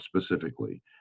specifically